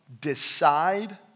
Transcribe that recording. decide